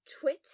twit